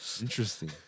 Interesting